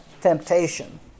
temptation